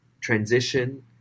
transition